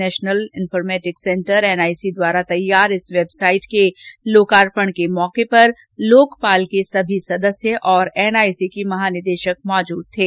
national informatic centre NIC द्वारा तैयार इस वेबसाइट के लोकार्पण के दौरान लोकपाल के सभी सदस्य और एनआईसी की महानिदेशक भी मौजूद थे